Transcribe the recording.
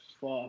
fuck